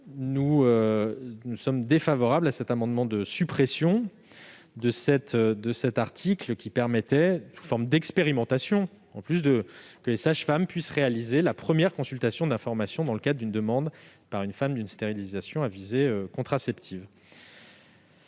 Nous sommes défavorables aux amendements de suppression de cet article, qui permet une forme d'expérimentation, puisque les sages-femmes pourront réaliser la première consultation d'information auprès de femmes qui feraient une demande de stérilisation à visée contraceptive.